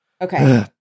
Okay